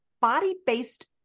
body-based